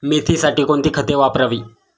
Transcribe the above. मेथीसाठी कोणती खते वापरावी?